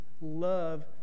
love